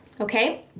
Okay